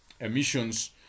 emissions